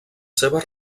seves